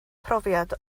profiad